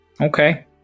Okay